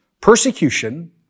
Persecution